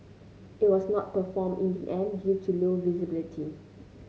it was not performed in the end due to low visibility